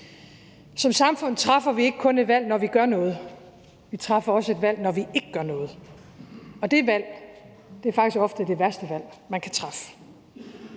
Som samfund træffer vi ikke kun et valg, når vi gør noget, vi træffer også et valg, når vi ikke gør noget, og det valg er faktisk ofte det værste valg, man kan træffe.